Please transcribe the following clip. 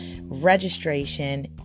registration